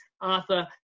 Arthur